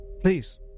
Please